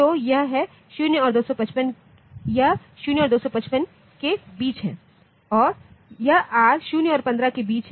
तो यह है 0 और 255 के बीच यह 0 और 255 के बीच है और यह r 0 और 15के बीच है